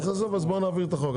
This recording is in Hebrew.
אז עזוב, בוא נעביר את החוק.